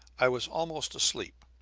i was almost asleep.